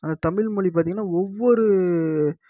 அந்த தமிழ்மொழி பார்த்திங்கனா ஒவ்வொரு